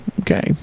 okay